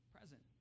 Present